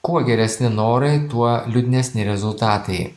kuo geresni norai tuo liūdnesnė rezultatai